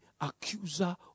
accuser